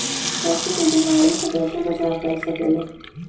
पशु के बीमारी से कैसे बचाब कर सेकेली?